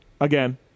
again